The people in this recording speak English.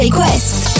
Quest